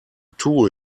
tool